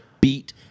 beat